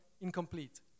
incomplete